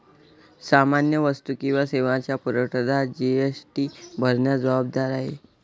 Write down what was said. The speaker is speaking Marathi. सामान्य वस्तू किंवा सेवांचा पुरवठादार जी.एस.टी भरण्यास जबाबदार आहे